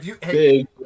Big